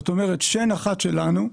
שן אחת שלנו,